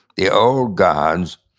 the old gods,